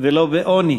ולא בעוני.